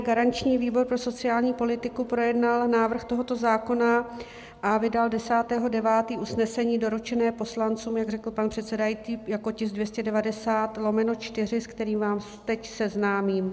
Garanční výbor pro sociální politiku projednal návrh tohoto zákona a vydal 10. 9. 2020 usnesení doručení poslancům, jak řekl pan předsedající, jako tisk 290/4, se kterým vás teď seznámím.